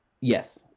yes